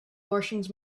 martians